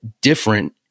different